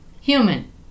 human